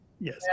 yes